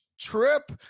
trip